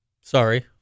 Sorry